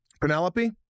penelope